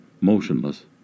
motionless